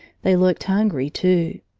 they looked hungry, too.